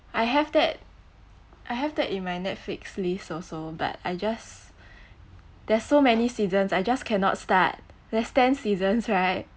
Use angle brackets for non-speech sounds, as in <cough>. I have that I have that in my netflix list also but I just <breath> there's so many seasons I just cannot start there's ten seasons right